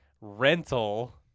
rental